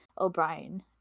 O'Brien